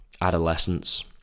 adolescence